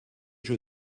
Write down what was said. jeu